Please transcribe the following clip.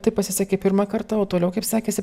tai pasisekė pirmą kartą o toliau kaip sekėsi